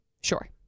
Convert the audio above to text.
Sure